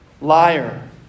liar